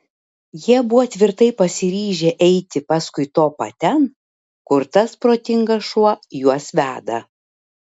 jie buvo tvirtai pasiryžę eiti paskui topą ten kur tas protingas šuo juos veda